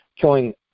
killing